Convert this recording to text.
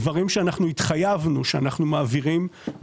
דברים שהתחייבנו שאנחנו מעבירים.